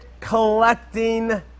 collecting